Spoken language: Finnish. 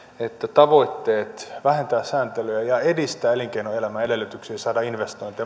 tavoitteet vähentää sääntelyä ja edistää elinkeinoelämän edellytyksiä saada investointeja